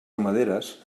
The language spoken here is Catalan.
ramaderes